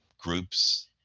groups